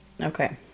Okay